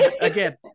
again